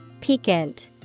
Piquant